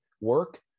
work